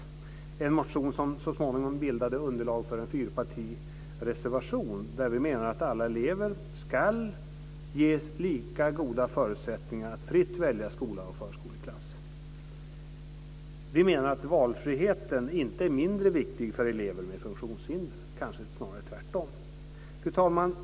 Det var en motion som så småningom bildade underlag för en fyrpartireservation, där vi menar att alla elever ska ges lika goda förutsättningar att fritt välja skola och förskoleklass. Vi menar att valfriheten inte är mindre viktig för elever med funktionshinder - kanske snarare tvärtom. Fru talman!